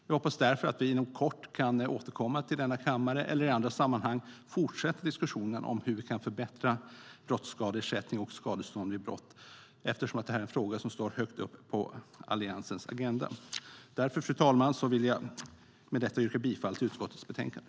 Vi hoppas därför att vi inom kort kan återkomma till kammaren eller i andra sammanhang för att fortsätta diskussionen om hur vi kan förbättra brottsskadeersättning och skadestånd vid brott eftersom det här är en fråga som står högt upp på Alliansens agenda. Fru talman! Med detta vill jag yrka bifall till förslaget i utskottets betänkande.